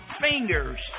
fingers